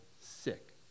sick